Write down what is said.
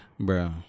Bro